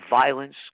violence